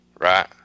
right